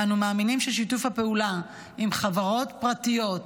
אנו מאמינים שבשיתוף הפעולה עם חברות פרטיות,